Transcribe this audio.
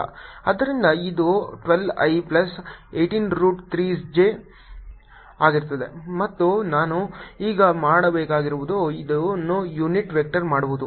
ಆದ್ದರಿಂದ ಇದು 12 i plus 18 root 3 j ಆಗಿರುತ್ತದೆ ಮತ್ತು ನಾವು ಈಗ ಮಾಡಬೇಕಾಗಿರುವುದು ಇದನ್ನು ಯೂನಿಟ್ ವೆಕ್ಟರ್ ಮಾಡುವುದು